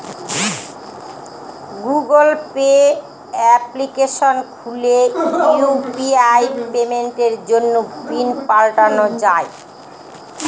Google pay application খুলে UPI পেমেন্টের জন্য পিন পাল্টানো যাই